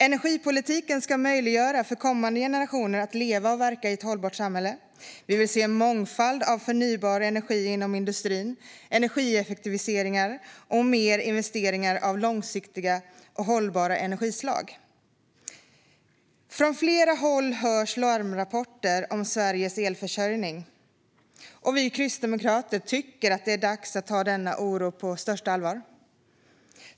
Energipolitiken ska möjliggöra för kommande generationer att leva och verka i ett hållbart samhälle. Vi vill se en mångfald av förnybar energi inom industrin, energieffektiviseringar och mer investeringar i långsiktiga och hållbara energislag. Från flera håll hörs larmrapporter om Sveriges elförsörjning. Vi kristdemokrater tycker att det är dags att ta denna oro på största allvar.